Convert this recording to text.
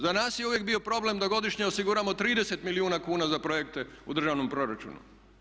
Za nas je uvijek bio problem da godišnje osiguramo 30 milijuna kuna za projekte u državnom proračunu.